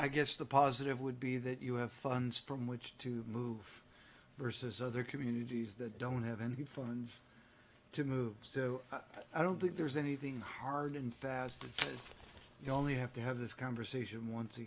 i guess the positive would be that you have funds from which to move versus other communities that don't have any funds to move so i don't think there's anything hard and fast and you only have to have this conversation once a